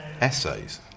essays